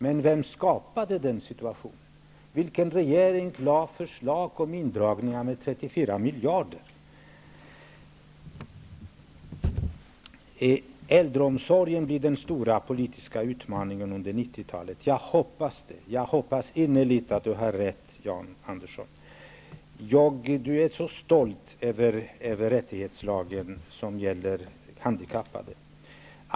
Men vem är det som har skapat den här situationen? Vilken regering är det som har lagt fram förslag om indragningar med 34 miljarder? Äldreomsorgen blir den stora politiska utmaningen under 90-talet, säger Jan Andersson. Ja, jag hoppas innerligt att Jan Andersson har rätt. Vidare är Jan Andersson mycket stolt över rättighetslagstiftningen när det gäller handikappade.